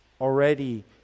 already